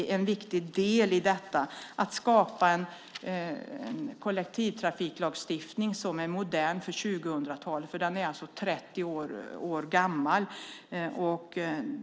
Det är en viktig del i detta; att skapa en kollektivtrafiklagstiftning som är modern för 2000-talet. Den nuvarande är alltså 30 år gammal.